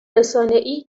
رسانهای